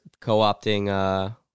co-opting